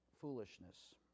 foolishness